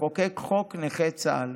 לחוקק את חוק נכי צה"ל,